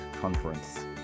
Conference